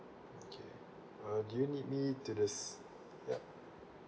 okay uh do you need me to this ya